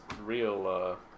real